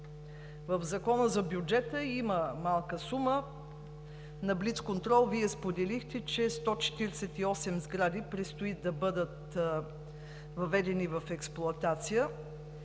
В Закона за бюджета има малка сума. На блицконтрол Вие споделихте, че 148 сгради предстои да бъдат въведени в експлоатация.